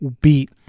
beat